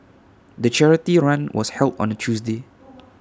the charity run was held on A Tuesday